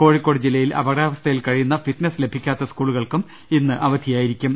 കോഴിക്കോട് ജില്ല യിൽ അപകടാവസ്ഥയിൽ കഴിയുന്ന ഫിറ്റ്നെസ് ലഭിക്കാത്ത സ്കൂളു കൾക്കും ഇന്ന് അവധിയായിരിക്കും